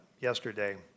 yesterday